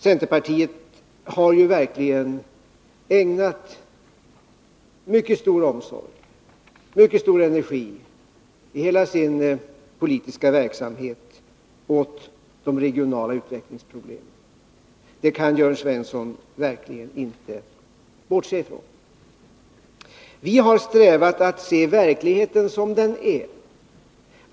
Centerpartiet har verkligen ägnat mycket stor omsorg och mycket stor energi i hela sin politiska verksamhet åt de regionala utvecklingsproblemen, det kan Jörn Svensson verkligen inte bortse från. Vi har strävat att se verkligheten som den är.